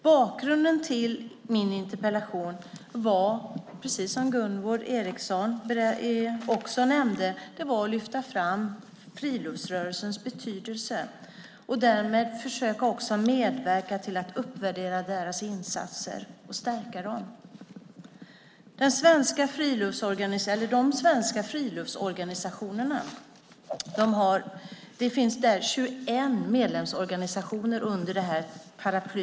Bakgrunden till min interpellation var, precis som också Gunvor G Ericson nämnde, att lyfta fram friluftsrörelsens betydelse och därmed också försöka medverka till att uppvärdera dess insatser och stärka den. De svenska friluftsorganisationerna har 21 medlemsorganisationer under sitt paraply.